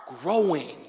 growing